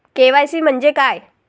KYC म्हंजे काय?